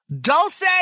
Dulce